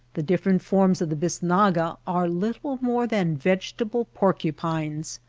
the different forms of the bisnaga are little more than vegetable por cupines.